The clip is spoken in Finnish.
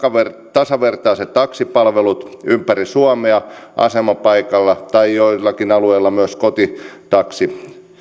tasavertaiset taksipalvelut ympäri suomea asemapaikalla tai joillakin alueilla myös kotitaksi